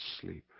sleep